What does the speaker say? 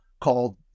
called